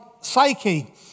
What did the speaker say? psyche